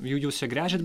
jūs ją gręžiat